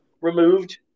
removed